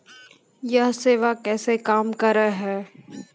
यह सेवा कैसे काम करै है?